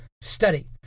study